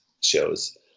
shows